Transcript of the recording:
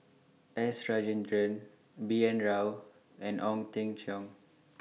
S Rajendran B N Rao and Ong Teng Cheong